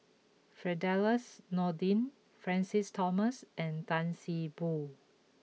Firdaus Nordin Francis Thomas and Tan See Boo